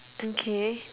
okay